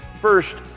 First